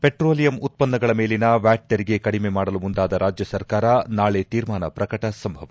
petroleum ಉತ್ಪನ್ನಗಳ ಮೇಲಿನ ವ್ಯಾಟ್ತೆರಿಗೆ ಕಡಿಮೆ ಮಾಡಲು ಮುಂದಾದ ರಾಜ್ಯ ಸರ್ಕಾರ ನಾಳೆ ತೀರ್ಮಾನ ಪ್ರಕಟ ಸಂಭವ